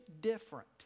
different